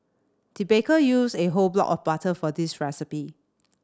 the baker used a whole block of butter for this recipe